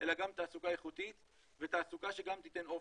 אלא גם תעסוקה איכותית ותעסוקה שגם תתן אופק'.